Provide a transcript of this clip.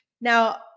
Now